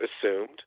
assumed